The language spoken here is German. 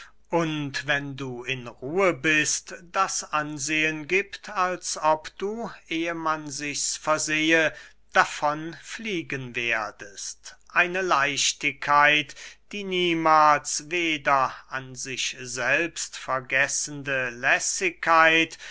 und wenn du in ruhe bist das ansehen giebt als ob du ehe man sichs versehe davon fliegen werdest eine leichtigkeit die niemahls weder an sich selbst vergessende lässigkeit